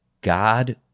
God